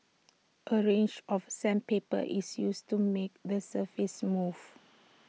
A range of sandpaper is used to make the surface smooth